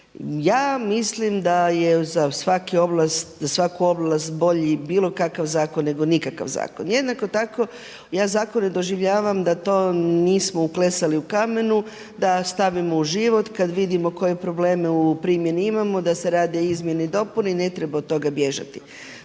Ja mislim da je za svaku ovlast bolji bilo kakav zakon nego nikakav zakon. Jednako tako ja zakone doživljavam da to nismo uklesali u kamenu, da stavimo u život kada vidimo koje probleme u primjeni imamo, da se rade izmjene i dopune i ne treba od toga bježati.